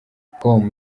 com